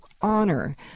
honor